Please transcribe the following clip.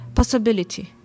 possibility